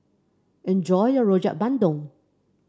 enjoy your Rojak Bandung